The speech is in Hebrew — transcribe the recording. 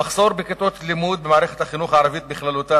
המחסור בכיתות לימוד במערכת החינוך הערבית בכללותה,